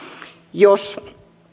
jos